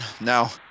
Now